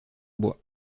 bois